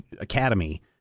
academy